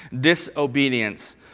Disobedience